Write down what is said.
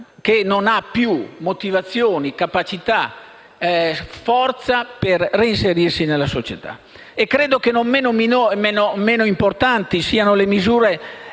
che non ha più motivazioni, capacità e forza per reinserirsi nella società. Credo che non meno importanti siano le misure